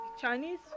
Chinese